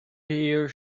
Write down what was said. hear